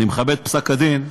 אני מכבד את פסק הדין,